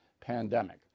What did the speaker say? pandemic